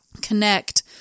connect